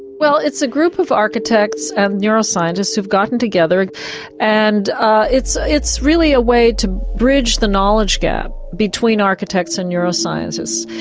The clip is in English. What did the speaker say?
well it's a group of architects and neuroscientists who have gotten together and ah it's ah it's really a way to bridge the knowledge gap between architects and neuroscientists.